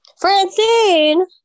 Francine